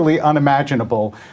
unimaginable